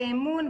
באמון,